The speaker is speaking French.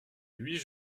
huit